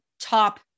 top